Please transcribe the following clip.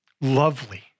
lovely